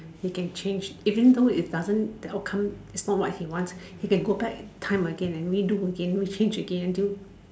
he can change even though it doesn't the outcome is not what he wants he can go back in time again and redo again re change again until